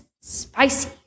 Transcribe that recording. spicy